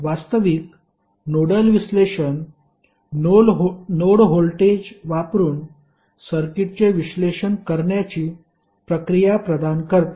वास्तविक नोडल विश्लेषण node voltage वापरुन सर्किटचे विश्लेषण करण्याची प्रक्रिया प्रदान करते